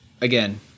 again